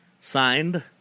Signed